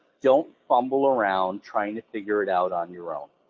don't fumble around, trying to figure it out on your own.